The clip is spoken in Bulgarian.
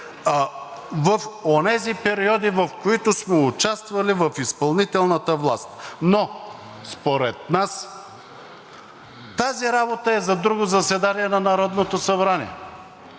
в онези периоди, в които сме участвали в изпълнителната власт, но според нас тази работа е за друго заседание на Народното събрание.